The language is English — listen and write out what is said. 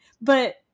But-